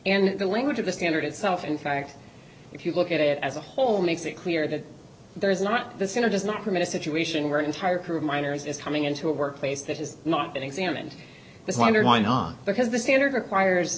and the language of the standard itself in fact if you look at it as a whole makes it clear that there is not the center does not permit a situation where an entire crew of miners is coming into a workplace that has not been examined this wondered why not because the standard requires